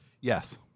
Yes